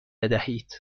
بدهید